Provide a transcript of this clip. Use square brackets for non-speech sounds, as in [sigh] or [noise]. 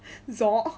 [noise]